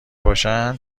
باشن